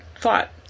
thought